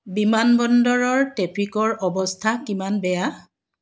বিমানবন্দৰৰ ট্ৰেফিকৰ অৱস্থা কিমান বেয়া